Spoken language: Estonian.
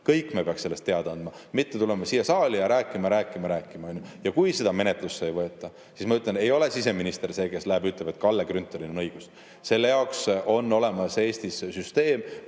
Kõik me peaks sellest teada andma, mitte tulema siia saali ja rääkima, rääkima, rääkima. Ja kui seda menetlusse ei võeta, siis ma ütlen, et siseminister ei ole see, kes läheb ja ütleb, et Kalle Grünthalil on õigus. Selle jaoks on Eestis olemas süsteem,